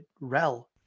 rel